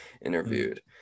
interviewed